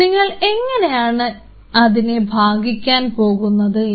നിങ്ങൾ എങ്ങനെയാണ് അതിനെ ഭാഗിക്കാൻ പോകുന്നത് എന്ന്